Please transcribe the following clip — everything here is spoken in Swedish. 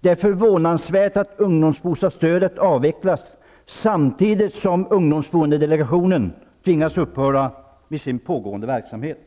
Det är förvånansvärt att ungdomsbostadsstödet avvecklas samtidigt som ungdomsboendedelegationen tvingas upphöra med sin pågående verksamhet.